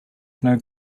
snow